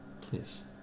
Please